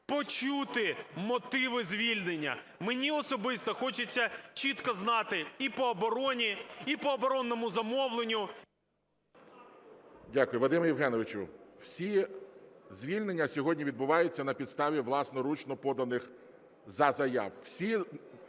почути мотиви звільнення. Мені особисто хочеться чітко знати і по обороні, і по оборонному замовленню. ГОЛОВУЮЧИЙ. Дякую. Вадиме Євгеновичу, всі звільнення сьогодні відбуваються на підставі власноручно поданих заяв.